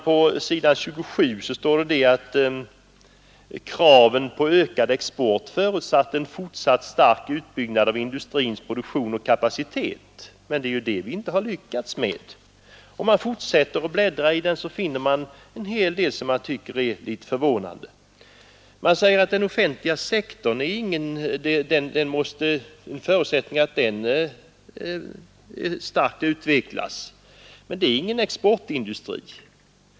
På s. 27 står det: ”Kraven på ökad export förutsatte en fortsatt stark utbyggnad av industrins produktion och kapacitet.” Men det är ju det vi inte har lyckats med. Om man fortsätter att bläddra i den reviderade finansplanen så finner man en hel del som man tycker är litet förvånande. Det sägs att det är en förutsättning att den offentliga sektorn starkt utvecklas. Men det är ingen exportindustri.